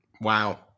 Wow